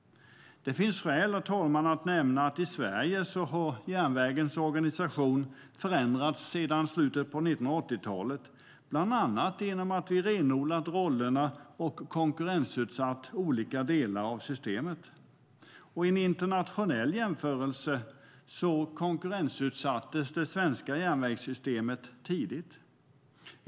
Det finns skäl, herr talman, att nämna att i Sverige har järnvägens organisation förändrats sedan slutet på 1980-talet, bland annat genom att vi renodlat rollerna och konkurrensutsatt olika delar av systemet. I en internationell jämförelse konkurrensutsattes det svenska järnvägssystemet tidigt.